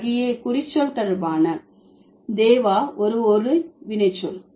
தகியே குறிச்சொல் தொடர்பான தேவா ஒரு ஒளி வினைச்சொல்